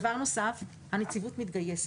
בנוסף, הנציבות מתגייסת.